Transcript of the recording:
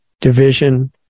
division